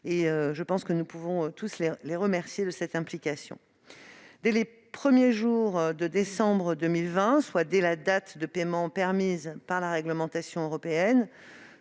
covid-19 : nous pouvons tous les remercier de cette implication. Dès les premiers jours de décembre 2020, soit dès la date de paiement permise par la réglementation européenne,